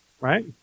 Right